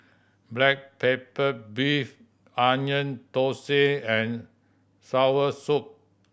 black pepper beef Onion Thosai and soursop